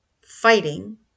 fighting